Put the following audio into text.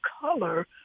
color